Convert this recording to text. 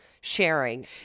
sharing